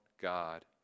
God